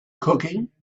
cooking